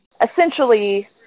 Essentially